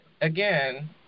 again